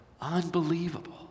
unbelievable